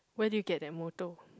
where did you get that motto